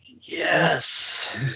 yes